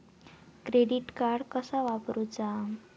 Credit card कसा वापरूचा?